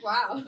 Wow